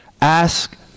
Ask